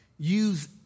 use